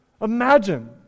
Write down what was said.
Imagine